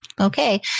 Okay